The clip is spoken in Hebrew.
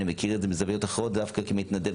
אני מכיר את זה בזוויות אחרות דווקא כמתנדב